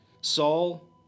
Saul